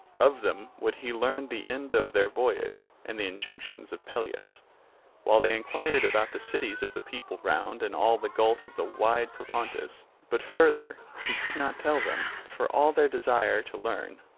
of them would he learn the end of their voyage and the injunctions of pelias while they enquired about the cities of the people round and all the gulf of the wide propontis but further he could not tell them for all their desire to learn.